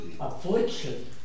affliction